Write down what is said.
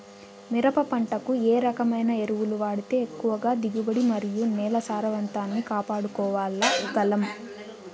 మిరప పంట కు ఏ రకమైన ఎరువులు వాడితే ఎక్కువగా దిగుబడి మరియు నేల సారవంతాన్ని కాపాడుకోవాల్ల గలం?